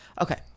okay